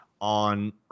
on